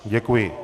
Děkuji.